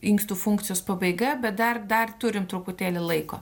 inkstų funkcijos pabaiga bet dar dar turim truputėlį laiko